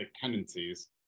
tendencies